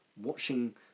watching